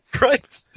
right